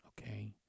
okay